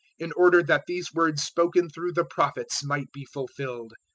in order that these words spoken through the prophets might be fulfilled,